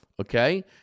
Okay